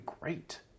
great